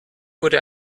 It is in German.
wurde